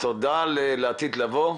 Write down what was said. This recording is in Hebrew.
תודה לעתיד לבוא.